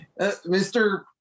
Mr